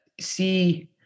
see